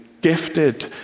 gifted